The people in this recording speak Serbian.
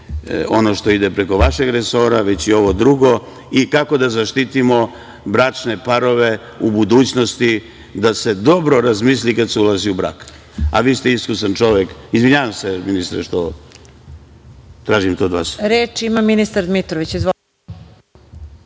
ono što ide preko vašeg resora, već i ovo drugo i kako da zaštitimo bračne parove u budućnosti, da se dobro razmisli kada se ulazi u brak, vi ste iskusan čovek. Ministre, izvinjavam se što tražim to od vas.